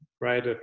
right